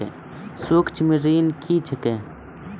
सुक्ष्म ऋण क्या हैं?